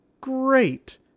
great